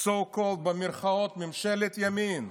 so called ממשלת ימין.